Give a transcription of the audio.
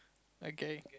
okay